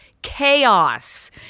Chaos